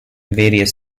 various